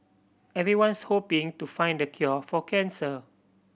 everyone's hoping to find the cure for cancer